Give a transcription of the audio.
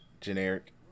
generic